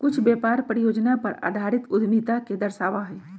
कुछ व्यापार परियोजना पर आधारित उद्यमिता के दर्शावा हई